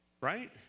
Right